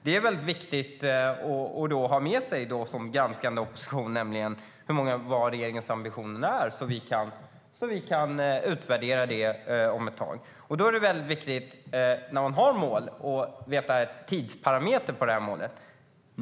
Det är viktigt att som granskande opposition ha med sig vad regeringens ambition är, så att vi kan utvärdera det om ett tag. När man har ett mål är det viktigt att ha en tidsparameter för målet.